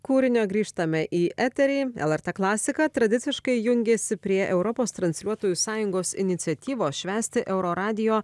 kūrinio grįžtame į eterį lrt klasika tradiciškai jungiasi prie europos transliuotojų sąjungos iniciatyvos švęsti euroradijo